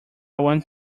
want